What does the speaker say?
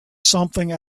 something